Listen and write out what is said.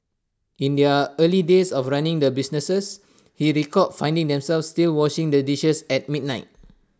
in their early days of running the businesses he recalled finding themselves still washing the dishes at midnight